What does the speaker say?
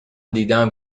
دیدهام